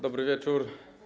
Dobry wieczór.